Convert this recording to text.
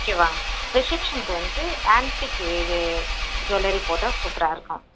ஓகேவா ரிசப்ஷனுக்கு வந்து ஆன்ட்டிக்கு இது ஜுவல்லரி போட்டால் சூப்பராக இருக்கும்